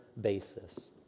basis